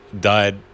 died